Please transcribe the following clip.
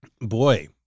Boy